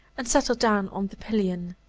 and settled down on the pillion,